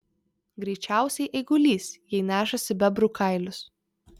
greičiausiai eigulys jei nešasi bebrų kailius